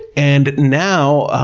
and now